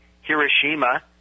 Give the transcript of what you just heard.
Hiroshima